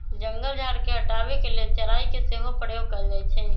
जंगल झार के हटाबे के लेल चराई के सेहो प्रयोग कएल जाइ छइ